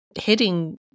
hitting